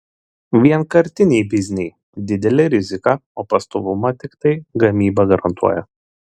vienkartiniai bizniai didelė rizika o pastovumą tiktai gamyba garantuoja